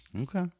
Okay